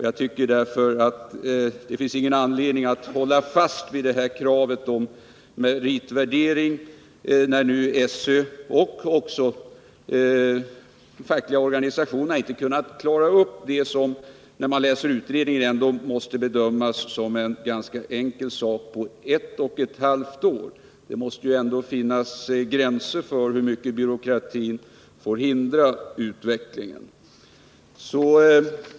Jag tycker därför att det inte finns någon anledning att hålla fast vid kravet på meritvärdering, när nu SÖ och också de fackliga organisationerna inte på ett och ett halvt år kunnat klara vad som vid en läsning av utredningens betänkande ändå måste bedömas som en ganska enkel sak. Det måste finnas gränser för hur mycket byråkratin får hindra utvecklingen.